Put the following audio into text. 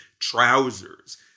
trousers